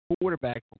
quarterback